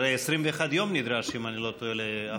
הרי 21 יום נדרש, אם אני לא טועה.